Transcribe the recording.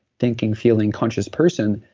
thinking, feeling, conscious person,